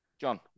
John